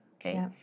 okay